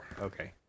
Okay